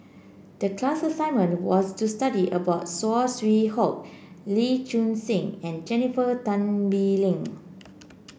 the class assignment was to study about Saw Swee Hock Lee Choon Seng and Jennifer Tan Bee Leng